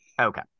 Okay